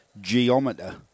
Geometer